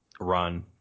run